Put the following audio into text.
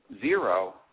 zero